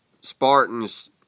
Spartans